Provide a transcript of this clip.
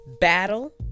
battle